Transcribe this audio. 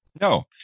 No